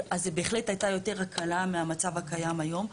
אז זו בהחלט הייתה יותר הקלה מהמצב הקיים היום,